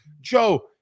Joe